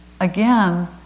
again